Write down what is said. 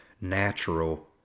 natural